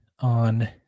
on